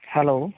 hello